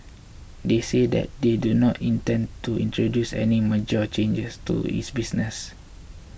they said that they do not intend to introduce any major changes to its business